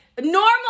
normal